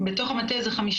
בתוך המטה זה 53